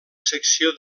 secció